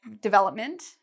development